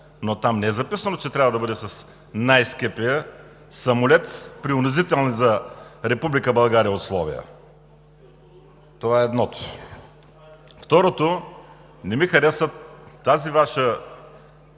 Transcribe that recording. Но там не е записано, че трябва да бъде с най-скъпия самолет, при унизителни за Република България условия. Това е едното. Второто, не ми хареса това